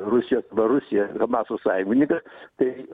rusijos va rusija hamaso sąjungininkas tai